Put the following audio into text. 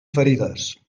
ferides